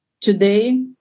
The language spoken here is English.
today